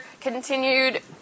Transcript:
continued